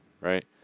Right